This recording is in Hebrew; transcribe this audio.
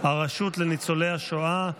הרשות לניצולי השואה,